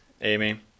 Amy